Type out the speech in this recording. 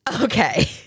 Okay